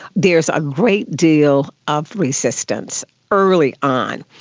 there's a great deal of resistance early on,